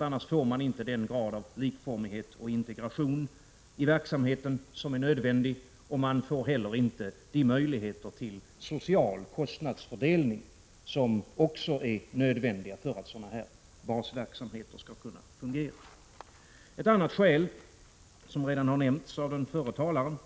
Annars får man inte den grad av likformighet och integration som behövs. Man får inte heller de möjligheter till social kostnadsfördelning som också är nödvändiga för att sådana här basverksamheter skall kunna fungera. Ett annat skäl, som redan har nämnts av den förre talaren